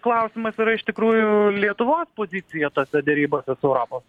klausimas yra iš tikrųjų lietuvos pozicija tose derybose su europos